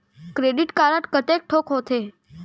Credit card कतेक ठोक होथे?